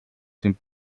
dem